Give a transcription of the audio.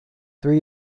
three